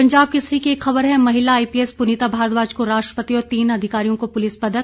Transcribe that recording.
पंजाब केसरी की एक खबर है महिला आईपीएस पुनीता भारद्वाज को राष्ट्रपति और तीन अधिकारियों को पुलिस पदक